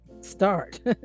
start